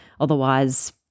otherwise